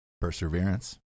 Perseverance